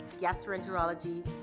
gastroenterology